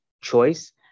choice